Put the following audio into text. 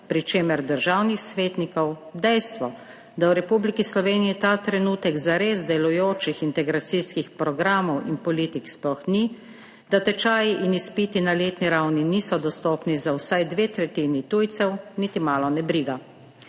pri čemer državnih svetnikov dejstvo, da v Republiki Sloveniji ta trenutek zares delujočih integracijskih programov in politik sploh ni, da tečaji in izpiti na letni ravni niso dostopni za vsaj dve tretjini tujcev, niti malo ne briga.